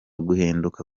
guhinduka